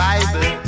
Bible